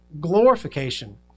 glorification